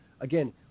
again